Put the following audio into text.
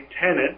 tenant